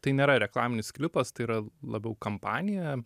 tai nėra reklaminis klipas tai yra labiau kampanija